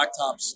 blacktops